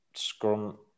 Scrum